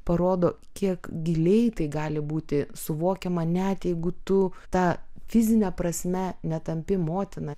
parodo kiek giliai tai gali būti suvokiama net jeigu tu ta fizine prasme netampi motina